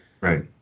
Right